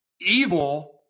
Evil